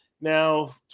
now